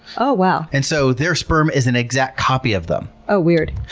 oh wow! and so their sperm is an exact copy of them. oh, weird.